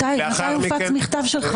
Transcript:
מתי הופץ מכתב שלך?